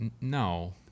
No